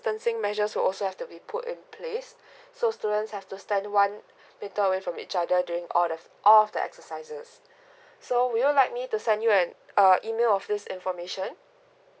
measure will also have to be put in place so students have to stand one meter away from each other doing all the all of the exercises so would you like me to send you an a email of this information